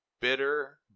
bitter